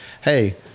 Hey